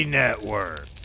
network